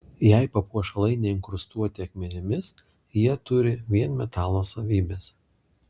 jei papuošalai neinkrustuoti akmenimis jie turi vien metalo savybes